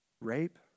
rape